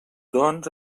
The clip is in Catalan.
doncs